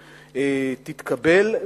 יתקבלו,